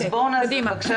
אז בואו נתקדם.